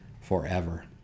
forever